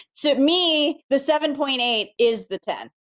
to me, the seven point eight is the ten.